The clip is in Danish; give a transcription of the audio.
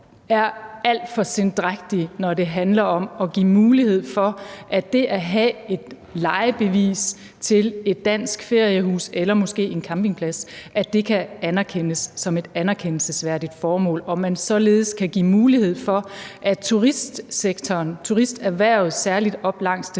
er alt for sendrægtig, når det handler om at give mulighed for, at det at have et lejebevis til et dansk feriehus eller måske en campingplads kan anerkendes som et anerkendelsesværdigt formål, og når det handler om, at turisterhvervet særlig op langs den